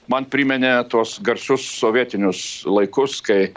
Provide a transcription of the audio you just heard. man priminė tuos garsius sovietinius laikus kai